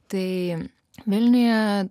tai vilniuje